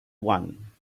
one